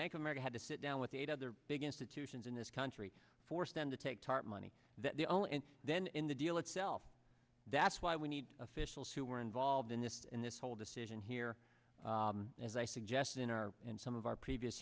bank of america had to sit down with eight other big institutions in this country forced them to take tarp money that they own and then in the deal itself that's why we need officials who were involved in this in this whole decision here as i suggested in our and some of our previous